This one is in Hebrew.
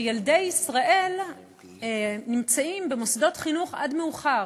שילדי ישראל נמצאים במוסדות חינוך עד מאוחר.